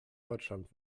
deutschland